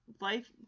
life